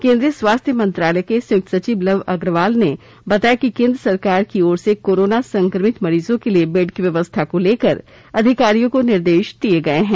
केन्द्रीय स्वास्थ्य मंत्रालय के संयुक्त सचिव लव अग्रवाल ने बताया कि कोन्द्र सरकार की ओर से कोरोना संक्रमित मरीजों के लिए बेड की व्यवस्था को लेकर अधिकारियों को निर्देश दिये गये हैं